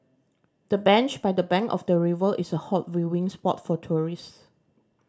the bench by the bank of the river is a hot viewing spot for tourists